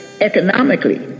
economically